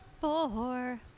Four